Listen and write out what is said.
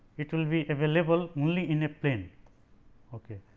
it will be available only in a plane ok.